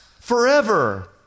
forever